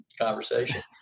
conversation